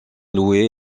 loué